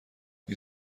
این